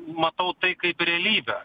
matau tai kaip realybę